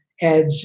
Edge